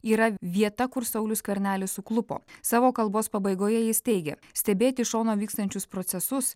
yra vieta kur saulius skvernelis suklupo savo kalbos pabaigoje jis teigia stebėti iš šono vykstančius procesus